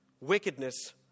wickedness